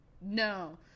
No